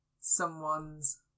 someone's